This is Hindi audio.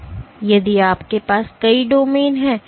इसलिए यदि आपके पास कई डोमेन हैं